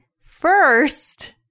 first